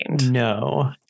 No